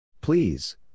Please